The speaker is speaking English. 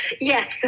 yes